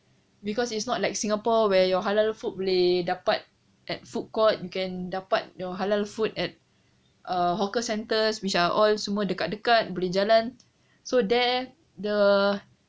because it's not like singapore where your halal food boleh dapat at food court you can dapat your halal food at a hawker centres which are all semua dekat dekat boleh jalan so there the